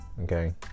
okay